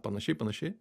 panašiai panašiai